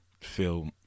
feel